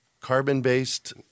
carbon-based